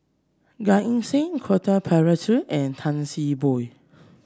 Gan Eng Seng Quentin Pereira and Tan See Boo